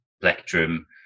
plectrum